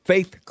Faith